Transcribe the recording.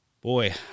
boy